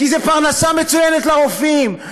כי זה פרנסה מצוינת לרופאים,